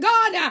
God